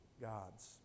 God's